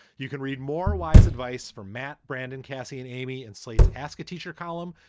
you can read more wise advice from matt, brandon, kasey and amy and slate's ask a teacher column.